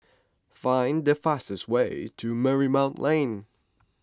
find the fastest way to Marymount Lane